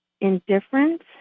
indifference